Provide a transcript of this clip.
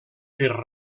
per